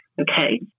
okay